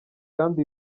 kandi